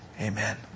Amen